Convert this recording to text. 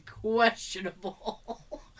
questionable